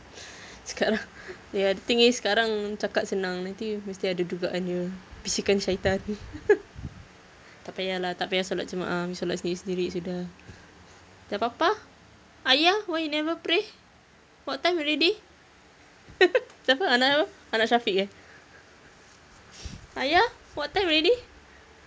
sekarang ya the thing is sekarang cakap senang nanti mesti ada dugaan dia bisikan syaitan tak payah lah tak payah solat jemaah pergi solat sendiri-sendiri sudah dah apa ayah why you never pray what time already siapa anak siapa anak syafiq eh ayah what time already